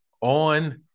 on